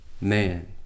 man